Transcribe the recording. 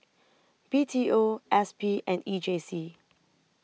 B T O S P and E J C